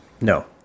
No